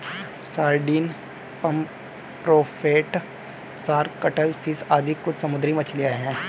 sardine, pomfret, shark, cuttlefish आदि कुछ समुद्री मछलियाँ हैं